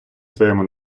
своєму